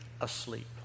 asleep